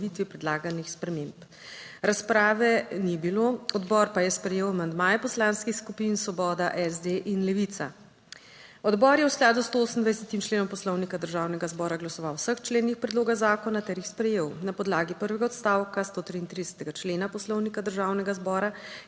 uveljavitvi predlaganih sprememb. Razprave ni bilo. Odbor pa je sprejel amandmaje poslanskih skupin Svoboda, SD in Levica. Odbor je v skladu s 128. členom Poslovnika Državnega zbora glasoval o vseh členih predloga zakona ter jih sprejel. Na podlagi prvega odstavka 133. člena Poslovnika Državnega zbora